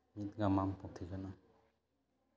ᱜᱟᱢᱟᱢ ᱯᱩᱛᱷᱤ ᱠᱟᱱᱟ